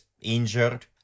injured